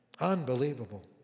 Unbelievable